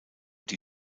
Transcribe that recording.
die